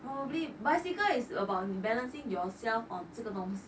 probably bicycle is about balancing yourself on 这个东西